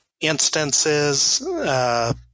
instances